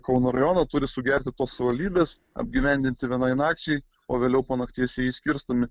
kauno rajoną turi sugerti tos savivaldybės apgyvendinti vienai nakčiai o vėliau po nakties jie išskirstomi